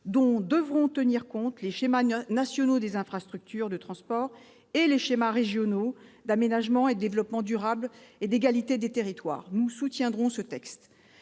dont devront tenir compte les schémas nationaux des infrastructures de transports et les schémas régionaux d'aménagement, de développement durable et d'égalité des territoires. Nous soutiendrons donc ce texte.